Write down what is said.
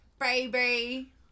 baby